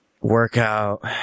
workout